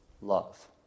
love